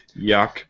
yuck